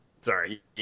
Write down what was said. Sorry